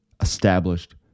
established